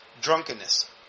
drunkenness